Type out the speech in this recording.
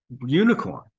unicorn